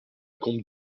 combe